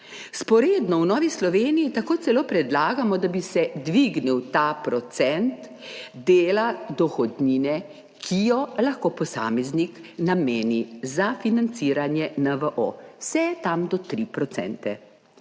Vzporedno v Novi Sloveniji tako celo predlagamo, da bi se dvignil ta procent dela dohodnine, ki jo lahko posameznik nameni za financiranje NVO, vse tam do 3 %.